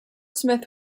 smith